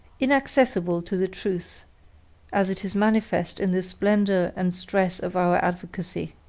inaccessible to the truth as it is manifest in the splendor and stress of our advocacy.